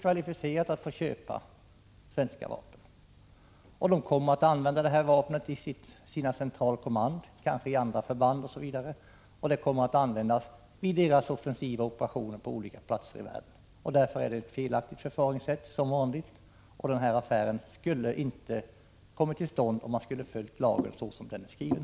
Vapnen kommer att användas i USA:s Central command, kanske i andra förband, vid offensiva operationer på olika platser i världen. Som vanligt är det fråga om ett felaktigt förfarande. Den här affären hade inte kommit till stånd, om man följt lagen så som den är skriven.